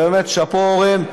באמת, שאפו, אורן.